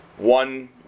One